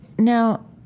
now,